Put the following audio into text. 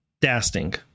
Dasting